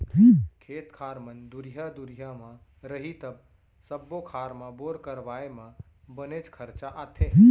खेत खार मन दुरिहा दुरिहा म रही त सब्बो खार म बोर करवाए म बनेच खरचा आथे